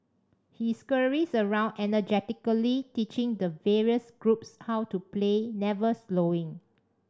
he scurries around energetically teaching the various groups how to play never slowing